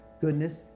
goodness